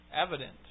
evident